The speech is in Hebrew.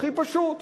הכי פשוט,